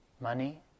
money